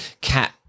cat